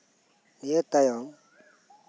ᱤᱱᱟᱹ ᱛᱟᱭᱚᱢ